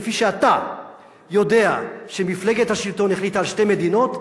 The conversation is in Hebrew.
כפי שאתה יודע שמפלגת השלטון החליטה על שתי מדינות,